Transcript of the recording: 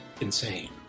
insane